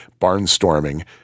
barnstorming